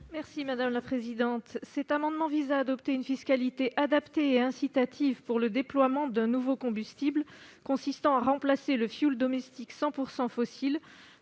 n° I-154 rectifié. Cet amendement vise à adopter une fiscalité adaptée et incitative pour le déploiement d'un nouveau combustible consistant à remplacer le fioul domestique 100 % fossile